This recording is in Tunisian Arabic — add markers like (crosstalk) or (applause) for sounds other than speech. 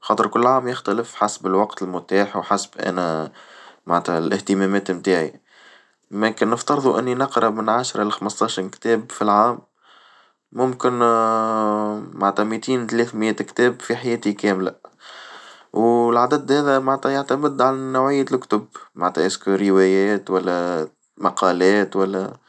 خاطر كل عام يختلف حسب الوقت المتاح وحسب أنا معنتها الاهتمامات متاعي، لكن نفترضو إني نقرا من عشرة لخمستاشر كتاب في العام، ممكن (hesitation) مع معنتها ميتين ثلاثمائة كتاب في حياتي كاملة والعدد هذا معنتها يعتمد على نوعية الكتب، معنتها اذكر روايات ولا مقالات ولا.